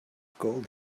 gold